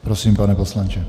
Prosím, pane poslanče.